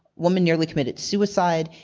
woman nearly committed suicide.